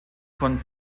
von